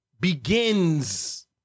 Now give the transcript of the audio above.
begins